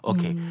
Okay